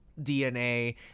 DNA